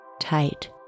Tight